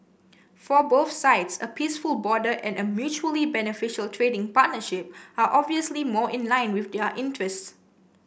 for both sides a peaceful border and a mutually beneficial trading partnership are obviously more in line with their interests